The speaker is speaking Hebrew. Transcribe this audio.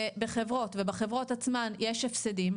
בחברות ובחברות עצמן יש הפסדים,